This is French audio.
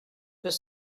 deux